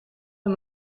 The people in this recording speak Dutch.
hem